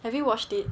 have you watched it